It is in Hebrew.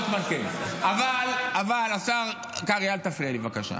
אבל ------ קרעי, אל תפריע לי בבקשה.